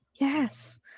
Yes